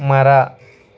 ಮರ